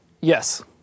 Yes